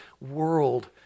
world